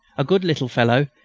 a good little fellow,